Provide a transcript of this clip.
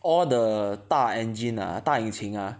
all the 大 engine ah 大营晴 ah